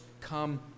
come